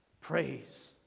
Praise